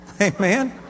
Amen